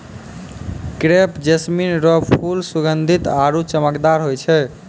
crepe jasmine रो फूल सुगंधीत आरु चमकदार होय छै